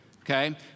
okay